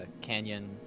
canyon